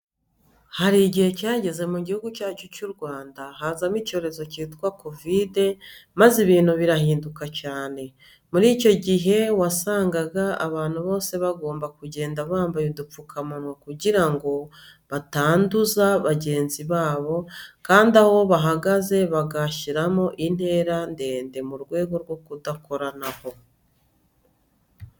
Hari igihe cyageze mu gihugu cyacu cy'u Rwanda haza icyorezo cyitwa kovide maze ibintu birahinduka cyane. Muri icyo gihe wasangaga abantu bose bagomba kugenda bambaye udupfukamunwa kugira ngo batanduza bagenzi babo kandi aho bahagaze bagashyiramo intera ndende mu rwego rwo kudakoranaho.